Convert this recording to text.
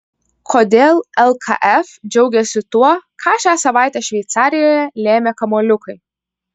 kodėl lkf džiaugiasi tuo ką šią savaitę šveicarijoje lėmė kamuoliukai